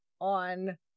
on